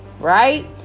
Right